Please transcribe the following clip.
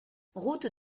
route